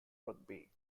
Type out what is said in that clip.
rugby